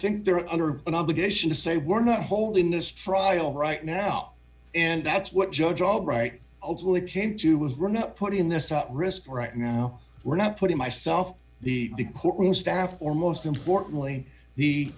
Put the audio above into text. think they're under an obligation to say we're not holding this trial right now and that's what judge albright ultimately came to with we're not putting this out risk right now we're not putting myself in the courtroom staff or most importantly the